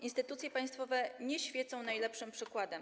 Instytucje państwowe nie świecą najlepszym przykładem.